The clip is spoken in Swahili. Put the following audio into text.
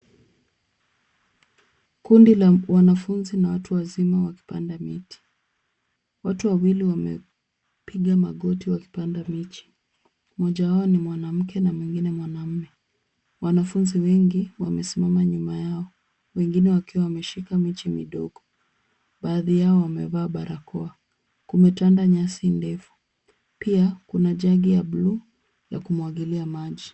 Kundi la wanafunzi na watu wazima wakipanda miti. Watu wawili wamepiga magoti wakipanda miche. Mmoja ni mwanamke na mwengine mwanaume. Wanafunzi wengi wamesimama nyuma yao wakiwa wameshika miche midogo. Baadhi yao wamevaa barakoa. Kumetanda nyasi ndefu. Pia kuna jagi ya buluu ya kumwagilia maji.